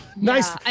Nice